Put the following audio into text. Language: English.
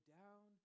down